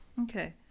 Okay